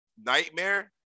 Nightmare